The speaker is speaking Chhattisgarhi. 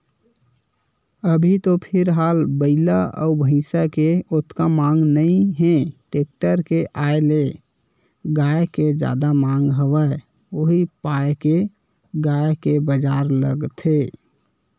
अभी तो फिलहाल बइला अउ भइसा के ओतका मांग नइ हे टेक्टर के आय ले गाय के जादा मांग हवय उही पाय के गाय के बजार लगथे